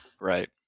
Right